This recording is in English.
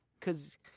cause